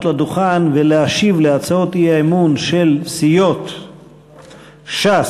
לדוכן ולהשיב על הצעות האי-אמון של סיעות ש"ס,